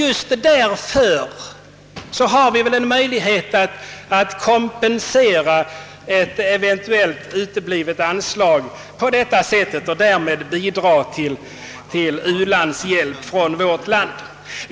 Jag för min del anser, att just på detta sätt kan vi kompensera ett eventuellt uteblivet anslag och därmed likväl öka vår ulandshjälp.